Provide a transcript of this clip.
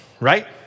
right